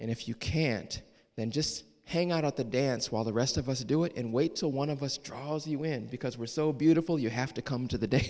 and if you can't then just hang out at the dance while the rest of us do it and wait till one of us draws you in because we're so beautiful you have to come to the day